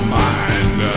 mind